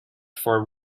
for